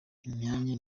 imyanya